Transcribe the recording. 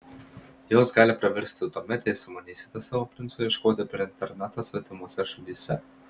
jos gali praversti ir tuomet jei sumanysite savo princo ieškoti per internetą svetimose šalyse